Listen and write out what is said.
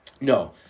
no